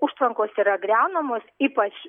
užtvankos yra griaunamos ypač